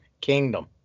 kingdom